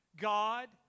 God